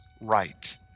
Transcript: right